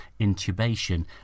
intubation